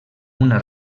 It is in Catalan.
una